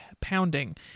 pounding